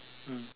mm